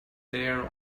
there